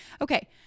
Okay